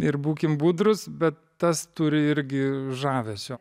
ir būkim budrūs bet tas turi irgi žavesio